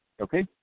Okay